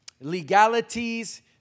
legalities